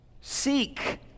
Seek